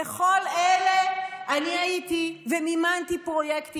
בכל אלה אני הייתי ומימנתי פרויקטים.